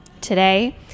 Today